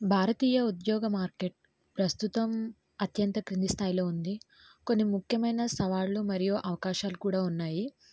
భారతీయ ఉద్యోగ మార్కెట్ ప్రస్తుతం అత్యంత క్రింది స్థాయిలో ఉంది కొన్ని ముఖ్యమైన సవాళ్ళు మరియు అవకాశాలు కూడా ఉన్నాయి